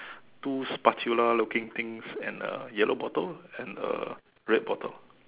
two spatula looking things and a yellow bottle and a red bottle